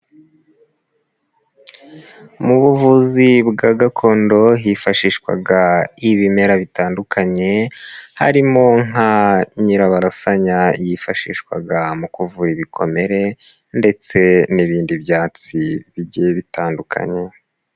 Mu buvuzi bwa gakondo hifashishwaga ibimera bitandukanye harimo nka nyirabarasanya yifashishwaga mu kuvura ibikomere ndetse n'ibindi byatsi bigiye bitandukanye.